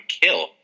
kill